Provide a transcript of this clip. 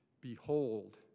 behold